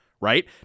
right